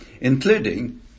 including